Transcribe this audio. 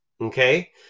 okay